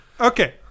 Okay